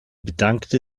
bedankte